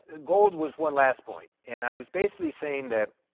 ah gold was one last point. and i was basically saying that